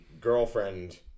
girlfriend